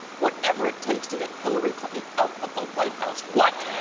whatever it takes to get hillary clinton out of the white house! what?